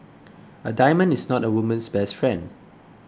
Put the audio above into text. a diamond is not a woman's best friend